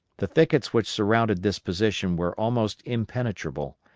the thickets which surrounded this position were almost impenetrable,